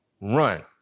run